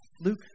Luke